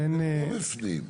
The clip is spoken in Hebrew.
אבל הם לא בפנים.